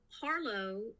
Harlow